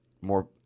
more